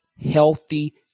healthy